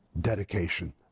dedication